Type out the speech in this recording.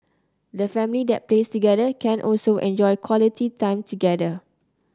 the family that plays together can also enjoy quality time together